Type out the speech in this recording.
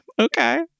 Okay